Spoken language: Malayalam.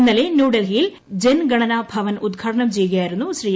ഇന്നലെ ന്യൂഡൽഹിയിൽ ജൻഗണന ഭവൻ ഉദ്ഘാടനം ചെയ്യുകയായിരുന്നു ശ്രീ